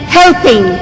helping